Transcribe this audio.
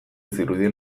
zirudien